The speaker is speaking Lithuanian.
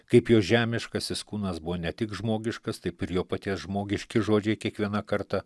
kaip jo žemiškasis kūnas buvo ne tik žmogiškas taip ir jo paties žmogiški žodžiai kiekvieną kartą